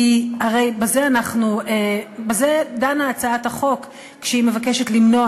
כי הרי בזה דנה הצעת החוק כשהיא מבקשת למנוע